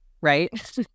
right